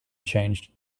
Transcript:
changed